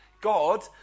God